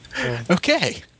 Okay